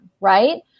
Right